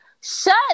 Shut